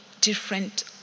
different